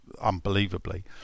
unbelievably